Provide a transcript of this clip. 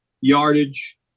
yardage